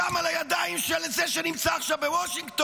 הדם על הידיים של זה שנמצא עכשיו בוושינגטון,